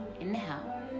inhale